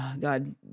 god